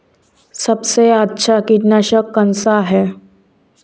सबसे अच्छा कीटनाशक कौनसा है?